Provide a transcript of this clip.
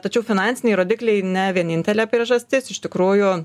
tačiau finansiniai rodikliai ne vienintelė priežastis iš tikrųjų